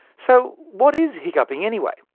so what is hiccupping anyway?